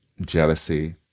jealousy